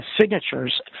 signatures